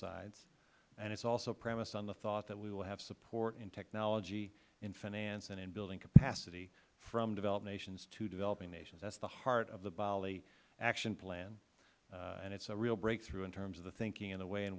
sides and it is also premised on the thought that we will have support in technology in finance and in building capacity from developed nations to developing nations that is the heart of the bali action plan and it is a real breakthrough in terms of the thinking and the way in